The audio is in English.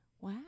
Wow